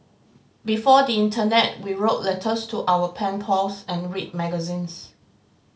before the internet we wrote letters to our pen pals and read magazines